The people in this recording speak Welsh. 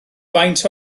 faint